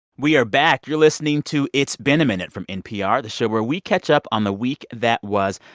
we are back. you're listening to it's been a minute from npr, the show where we catch up on the week that was.